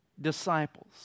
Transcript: disciples